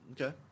Okay